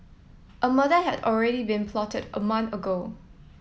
a murder had already been plotted a month ago